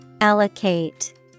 Allocate